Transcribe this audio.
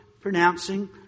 pronouncing